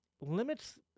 limits